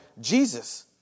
Jesus